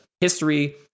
history